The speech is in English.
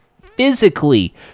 physically